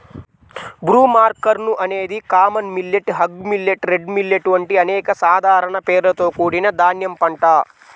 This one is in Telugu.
బ్రూమ్కార్న్ అనేది common millet, hog millet, red millet వంటి అనేక సాధారణ పేర్లతో కూడిన ధాన్యం పంట